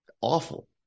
awful